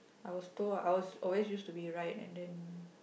I was told I was always used to be right and then